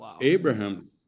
Abraham